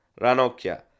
Ranocchia